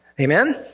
Amen